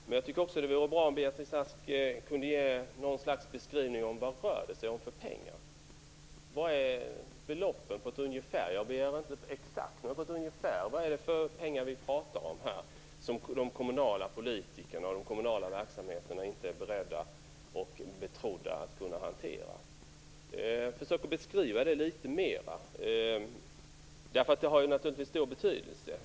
Det vore också bra om Beatrice Ask kunde ge något slags beskrivning av vad det rör sig om för pengar. Vilka är beloppen, på ett ungefär? Jag begär inte någon exakt siffra. Vilka pengar talar vi om, som de kommunala politikerna och de kommunala verksamheterna inte är betrodda att hantera? Försök att beskriva det litet mera! Det har naturligtvis stor betydelse.